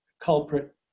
culprit